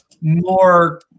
more